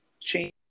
change